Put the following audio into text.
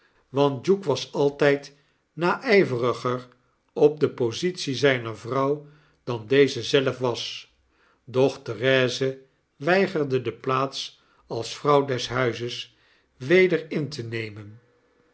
want duke wasaltydnayveriger op de positie zijaer vrouw dan deze zelve was doch therese weigerde de plaats als vrouw des huizes weder in te neraen